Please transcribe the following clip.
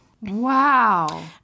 wow